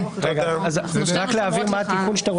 אני רוצה להבין את התיקון.